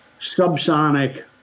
subsonic